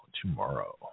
tomorrow